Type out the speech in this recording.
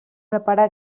reparar